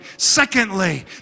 Secondly